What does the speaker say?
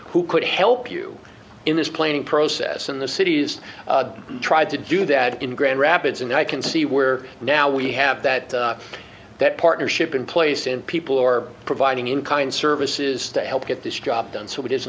who could help you in this planning process in the cities tried to do that in grand rapids and i can see where now we have that that partnership in place and people or providing in kind services to help get this job done so